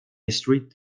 street